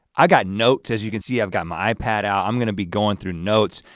i got notes as you can see, i've got my ipad out. i'm gonna be going through notes.